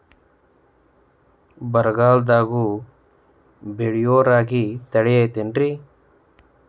ಬರಗಾಲದಾಗೂ ಬೆಳಿಯೋ ರಾಗಿ ತಳಿ ಐತ್ರಿ?